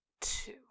two